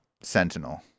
sentinel